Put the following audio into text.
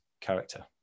character